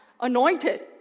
anointed